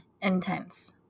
intense